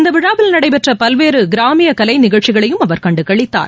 இந்த விழாவில் நடைபெற்ற பல்வேறு கிராமிய கலைநிகழ்ச்சிகளையும் அவர் கண்டுகளித்தார்